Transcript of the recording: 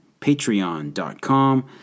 patreon.com